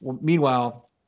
Meanwhile